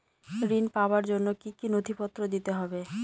ঋণ পাবার জন্য কি কী নথিপত্র দিতে হবে?